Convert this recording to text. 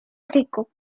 rico